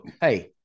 hey